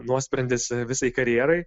nuosprendis visai karjerai